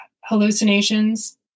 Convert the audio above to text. hallucinations